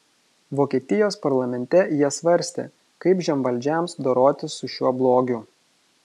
vokietijos parlamente jie svarstė kaip žemvaldžiams dorotis su šiuo blogiu